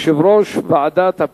14 בעד, אין מתנגדים, אין נמנעים.